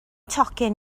tocyn